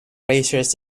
racers